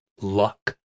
luck